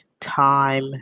time